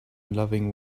loving